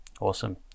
Awesome